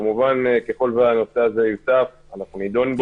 כמובן ככל שהנושא הזה יוצף אנחנו נדון בו.